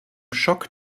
schock